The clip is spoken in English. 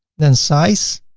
then size,